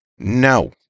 No